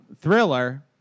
thriller